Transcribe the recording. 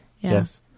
Yes